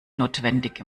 notwendig